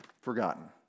forgotten